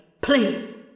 Please